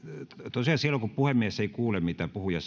tosiaan silloin kun puhemies ei kuule mitä puhuja